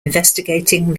investigating